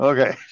Okay